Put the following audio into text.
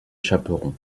chaperon